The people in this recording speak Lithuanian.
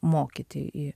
mokyti į